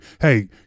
hey